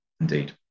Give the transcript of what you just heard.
indeed